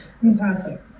Fantastic